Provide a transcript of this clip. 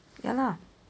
ya lah